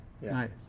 Nice